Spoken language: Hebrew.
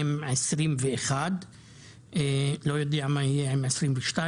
ואני לא יודע מה יהיה ב-2022,